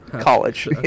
College